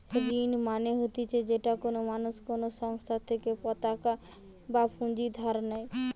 ঋণ মানে হতিছে যেটা কোনো মানুষ কোনো সংস্থার থেকে পতাকা বা পুঁজি ধার নেই